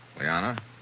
Liana